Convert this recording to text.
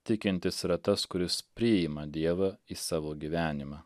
tikintis yra tas kuris priima dievą į savo gyvenimą